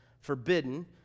forbidden